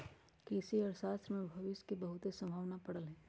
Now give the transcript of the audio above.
कृषि अर्थशास्त्र में भविश के बहुते संभावना पड़ल हइ